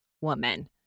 woman